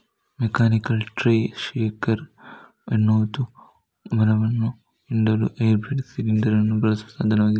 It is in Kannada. ಮೆಕ್ಯಾನಿಕಲ್ ಟ್ರೀ ಶೇಕರ್ ಎನ್ನುವುದು ಮರವನ್ನ ಹಿಂಡಲು ಹೈಡ್ರಾಲಿಕ್ ಸಿಲಿಂಡರ್ ಅನ್ನು ಬಳಸುವ ಸಾಧನವಾಗಿದೆ